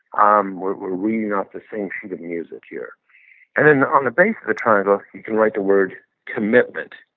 um we're we're reading out the same sheet of music here and then, on the base of the triangle, you can write the word commitment.